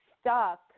stuck